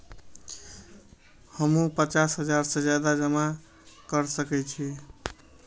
हमू पचास हजार से ज्यादा जमा कर सके छी?